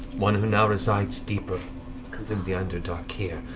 one who now resides deeper within the underdark here.